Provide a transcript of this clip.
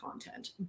content